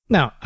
Now